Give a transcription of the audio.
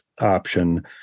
option